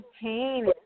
pain